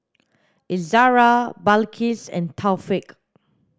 Izzara Balqis and Taufik